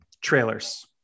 trailers